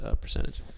percentage